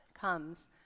comes